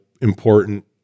important